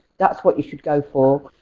that's what you should go for.